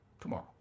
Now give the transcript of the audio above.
tomorrow